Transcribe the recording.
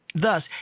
Thus